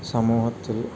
സമൂഹത്തിൽ